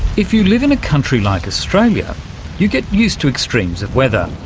if you live in a country like australia you get used to extremes of weather.